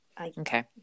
okay